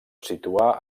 situar